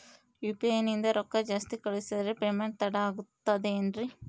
UPI ನಿಂದ ರೊಕ್ಕ ಜಾಸ್ತಿ ಕಳಿಸಿದರೆ ಪೇಮೆಂಟ್ ತಡ ಆಗುತ್ತದೆ ಎನ್ರಿ?